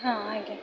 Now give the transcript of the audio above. ହଁ ଆଜ୍ଞା